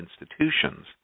institutions